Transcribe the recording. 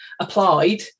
applied